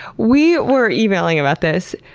we were emailing about this.